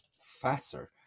faster